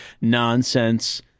nonsense